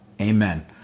Amen